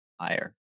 higher